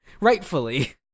rightfully